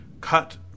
cut